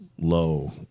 low